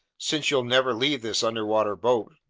since you'll never leave this underwater boat.